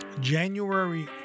January